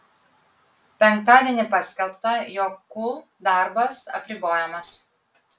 penktadienį paskelbta jog kul darbas apribojamas